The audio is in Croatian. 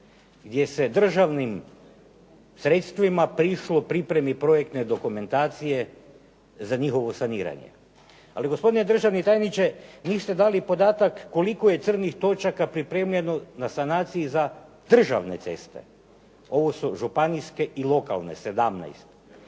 gdje se državnim sredstvima prišlo pripremi projektne dokumentacije za njihovo saniranje. Ali gospodine državni tajniče, niste dali podataka koliko je crnih točaka pripremljeno na sanaciji za državne ceste. Ovo su županijske i lokalne 17.